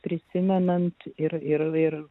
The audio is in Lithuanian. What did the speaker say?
prisimenant ir ir ir